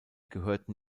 gehörten